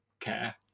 Care